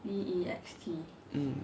mm